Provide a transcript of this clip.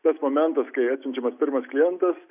tas momentas kai atsiunčiamas pirmas klientas